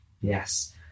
yes